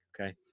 Okay